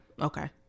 okay